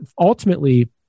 ultimately